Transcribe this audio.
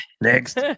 Next